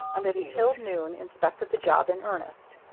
and until noon inspected the job in earnest.